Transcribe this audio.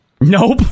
nope